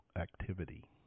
activity